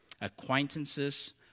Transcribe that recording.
acquaintances